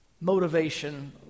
motivation